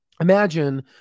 Imagine